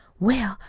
well,